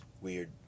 weird